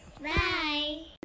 Bye